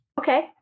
Okay